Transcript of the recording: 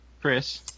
Chris